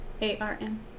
A-R-M